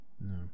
No